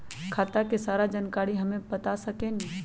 खाता के सारा जानकारी हमे बता सकेनी?